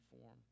form